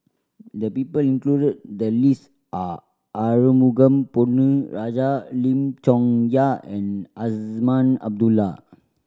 the people included in the list are Arumugam Ponnu Rajah Lim Chong Yah and Azman Abdullah